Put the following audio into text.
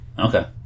Okay